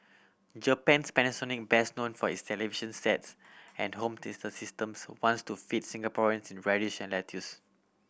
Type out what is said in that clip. Japan's Panasonic best known for its television sets and home theatre systems wants to feed Singaporean its radish and lettuce